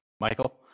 Michael